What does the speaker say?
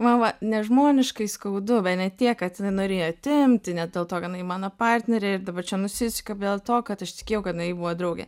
man buvo nežmoniškai skaudu bet ne tiek kad jinai norėjo atimti ne dėl to kad jinai mano partnerė ir dabar čia nusisuka bet dėl to kad aš tikėjau kad jinai buvo draugė